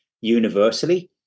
universally